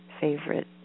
favorite